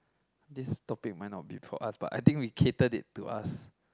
this topic might not be for us but I think we catered it to us